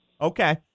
Okay